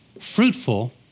fruitful